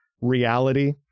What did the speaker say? reality